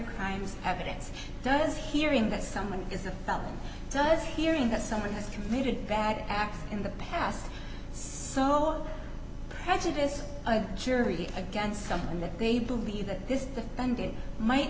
crimes evidence does hearing that someone is a felon does hearing that someone has committed bad acts in the past so prejudice a jury against something that they believe that this sunday might